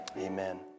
amen